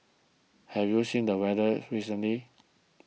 have you seen the weather recently